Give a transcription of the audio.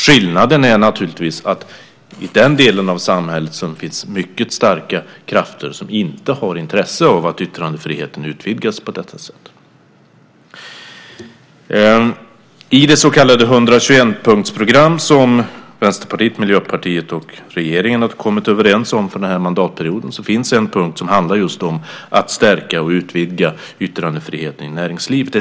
Skillnaden är naturligtvis att det i den delen av samhället finns mycket starka krafter som inte har intresse av att yttrandefriheten utvidgas på detta sätt. I det så kallade 121-punktsprogram som Vänsterpartiet, Miljöpartiet och regeringen har kommit överens om för den här mandatperioden finns det en punkt som handlar just om att stärka och utvidga yttrandefriheten i näringslivet.